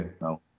No